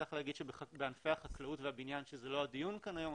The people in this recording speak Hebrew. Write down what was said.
צריך להגיד שבענפי החקלאות והבניין שזה הדיון כאן היום,